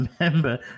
remember